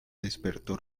despertó